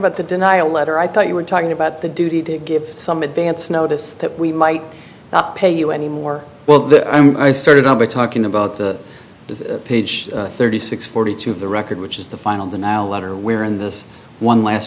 about the denial letter i thought you were talking about the duty to give some advance notice that we might not pay you anymore well i started out by talking about the page thirty six forty two of the record which is the final denial letter where in this one last